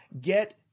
get